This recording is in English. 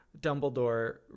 dumbledore